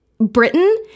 Britain